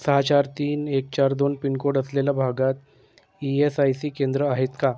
सहा चार तीन एक चार दोन पिनकोड असलेल्या भागात ई एस आय सी केंद्रं आहेत का